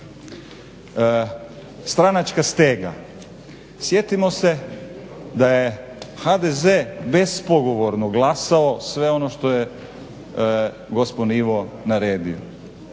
Stranačka stega, sjetimo se da je HDZ bespogovorno glasao sve ono što je gospon Ivo naredio.